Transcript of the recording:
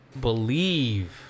Believe